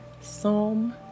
Psalm